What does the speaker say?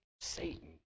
Satan